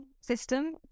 system